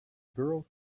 girl